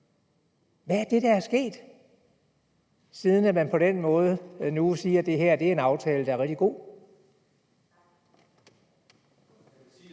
Hvad er det, der er sket, siden man på den måde nu siger, at det her er en aftale, der er rigtig god?